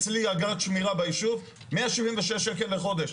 אצלי אגרת שמירה ביישוב 176 שקל לחודש.